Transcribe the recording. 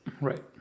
Right